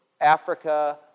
Africa